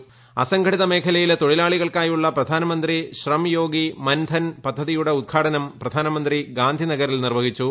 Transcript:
ദൃഢ്ദ്സംഘടിത മേഖലയിലെ തൊഴിലാളികൾക്കായുള്ളൂ പ്രധാൻ മന്ത്രി ശ്രം യോഗി മൻധൻ പദ്ധതിയുടെ ഉദ്ഘാടനം പ്രധാന്നമന്ത്രി ഗാന്ധിനഗറിൽ നിർവ്വഹിച്ചു